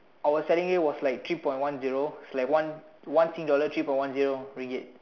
our selling rate was like three point one zero is like one one sing dollar three point one zero Ringgit